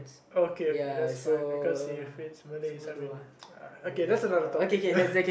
okay okay that's fine because he fits Malay so I mean okay that's another topic